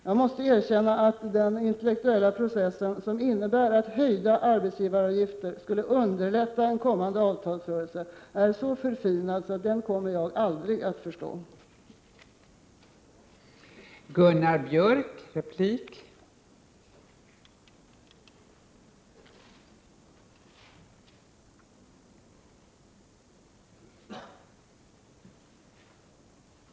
Jag måste erkänna att den intellektuella process som innebär att höjda arbetsgivaravgifter skulle underlätta en kommande avtalsrörelse är så förfinad att jag aldrig kommer att förstå den.